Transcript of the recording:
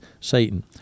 Satan